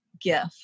gift